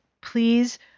please